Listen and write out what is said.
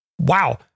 wow